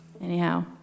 Anyhow